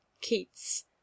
Keats